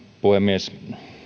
puhemies